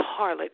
harlot